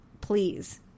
please